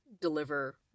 deliver